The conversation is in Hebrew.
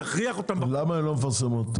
תכריח אותם --- למה הן לא מפרסמות?